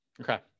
Okay